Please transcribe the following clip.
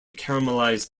caramelized